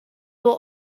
will